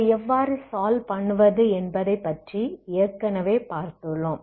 அதை எவ்வாறு சால்வ் பண்ணுவது என்பதை பற்றி ஏற்கனவே பார்த்துள்ளோம்